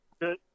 Good